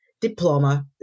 diploma